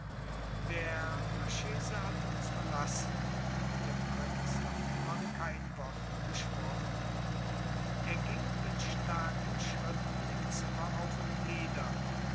der marchese hatte uns verlassen und der prinz noch immer kein wort gesprochen er ging mit starken schritten im zimmer auf und nieder